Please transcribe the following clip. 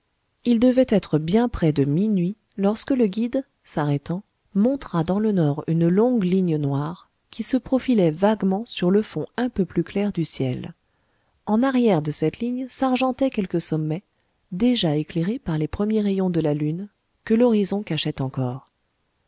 il devait être bien près de minuit lorsque le guide s'arrêtant montra dans le nord une longue ligne noire qui se profilait vaguement sur le fond un peu plus clair du ciel en arrière de cette ligne s'argentaient quelques sommets déjà éclairés par les premiers rayons de la lune que l'horizon cachait encore